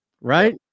right